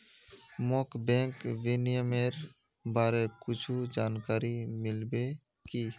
मोक बैंक विनियमनेर बारे कुछु जानकारी मिल्बे की